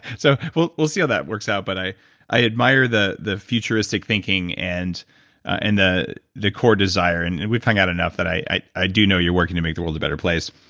so we'll we'll see how that works out but i i admire the the futuristic thinking and and the the core desire and and we've hung out enough that i i do know you're working to make the world a better place.